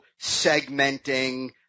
segmenting